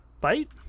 bite